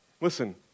Listen